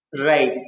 Right